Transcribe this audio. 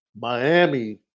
miami